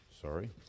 Sorry